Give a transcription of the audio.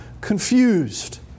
confused